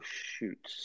shoot